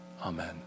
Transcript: Amen